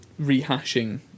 rehashing